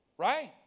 Right